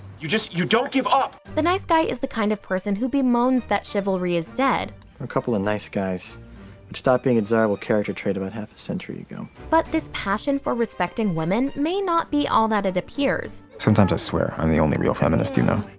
you just you don't give up! the nice guy is the kind of person who bemoans that chivalry is dead. we're a couple of nice guys which stopped being a desirable character trait about half a century ago. but this passion for respecting women may not be all that it appears. sometimes, i swear, i'm the only real feminist you know.